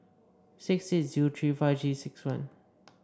six eight zero three five Three six one